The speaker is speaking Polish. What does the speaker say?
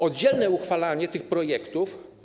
Oddzielne uchwalanie tych projektów.